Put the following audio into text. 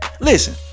Listen